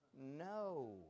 no